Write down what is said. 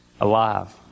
Alive